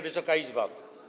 Wysoka Izbo!